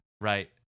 right